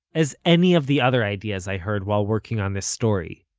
as any of the other ideas i heard while working on this story.